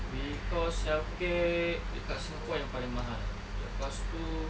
cause healthcare dekat singapore yang paling mahal lepas tu